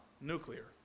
nuclear